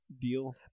deal